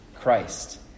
Christ